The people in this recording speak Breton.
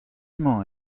emañ